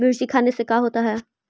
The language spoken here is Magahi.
मिर्ची खाने से का होता है?